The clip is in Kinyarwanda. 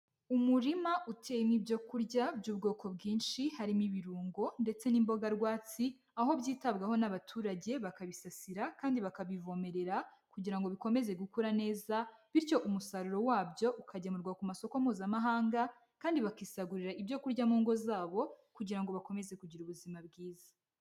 Umurima uteyemo ibyo kurya by'ubwoko bwinshi, harimo ibirungo ndetse n'imboga rwatsi, aho byitabwaho n'abaturage bakabisasira kandi bakabivomerera kugira ngo bikomeze gukura neza bityo umusaruro wabyo ukagemurwa ku masoko Mpuzamahanga kandi bakisagurira ibyo kurya mu ngo zabo kugira ngo bakomeze kugira ubuzima bwiza.